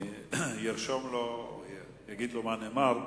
יגיד לו מה נאמר,